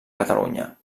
catalunya